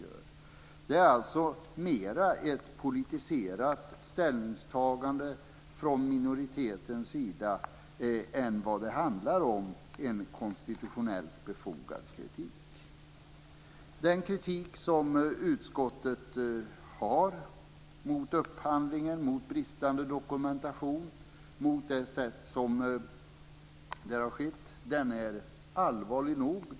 Det är mera ett politiserat ställningstagande från minoritetens sida än konstitutionellt befogad kritik. Den kritik som utskottet har mot upphandlingen, mot bristande dokumentation, är allvarlig nog.